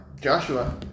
Joshua